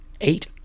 eight